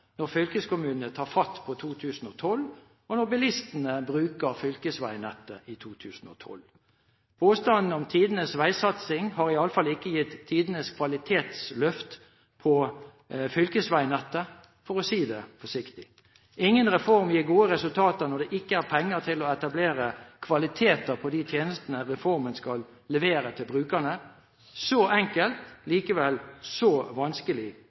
når fylkeskommunene tar fatt på 2012, og når bilistene bruker fylkesveinettet i 2012. Påstanden om «tidenes vegsatsing» har i alle fall ikke gitt tidenes kvalitetsløft på fylkesveinettet, for å si det forsiktig. Ingen reform gir gode resultater når det ikke er penger til å etablere kvalitet på de tjenester reformen skal levere til brukerne. Så enkelt – likevel så vanskelig